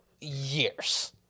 years